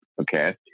okay